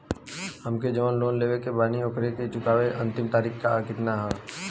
हम जवन लोन लेले बानी ओकरा के चुकावे अंतिम तारीख कितना हैं?